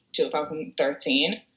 2013